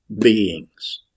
beings